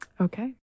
Okay